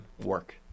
work